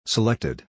Selected